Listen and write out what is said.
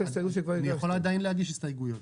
אני עדיין יכול להגיש הסתייגויות.